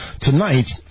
Tonight